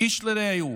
איש לרעהו,